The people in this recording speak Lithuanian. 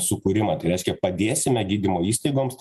sukūrimą tai reiškia padėsime gydymo įstaigoms